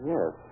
Yes